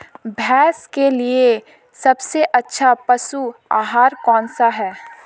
भैंस के लिए सबसे अच्छा पशु आहार कौनसा है?